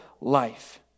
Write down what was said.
life